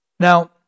Now